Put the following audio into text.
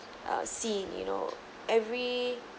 uh scene you know every